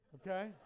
okay